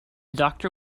doctor